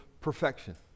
perfection